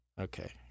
Okay